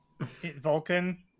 Vulcan